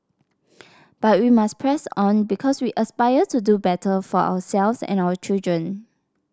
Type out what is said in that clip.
but we must press on because we aspire to do better for ourselves and our children